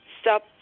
stop